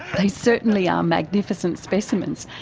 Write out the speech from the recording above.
they certainly are magnificent specimens,